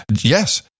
Yes